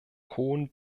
cohn